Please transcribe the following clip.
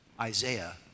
Isaiah